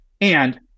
and-